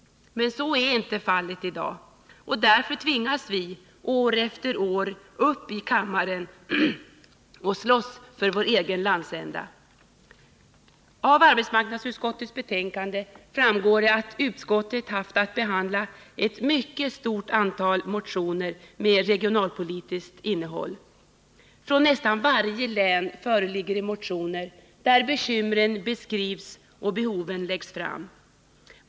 Men så är inte fallet i dag, och därför tvingas vi år efter år att slåss för vår egen landsända här i kammaren. Av arbetsmarknadsutskottets betänkande framgår att utskottet har haft att behandla ett mycket stort antal motioner med regionalpolitiskt innehåll. Från nästan varje län föreligger det motioner, där bekymren beskrivs och behoven läggs fram.